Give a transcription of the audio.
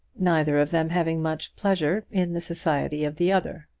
neither of them having much pleasure in the society of the other.